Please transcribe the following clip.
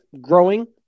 growing